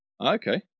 Okay